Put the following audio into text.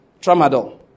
tramadol